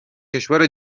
کشور